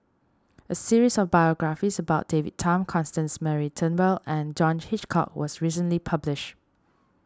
a series of biographies about David Tham Constance Mary Turnbull and John Hitchcock was recently published